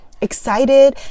excited